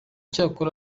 cyakora